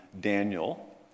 Daniel